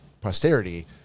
posterity